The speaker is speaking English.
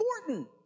important